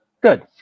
Good